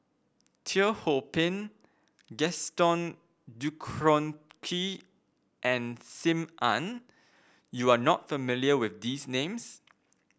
Teo Ho Pin Gaston and Sim Ann you are not familiar with these names